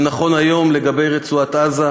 זה נכון היום לגבי רצועת-עזה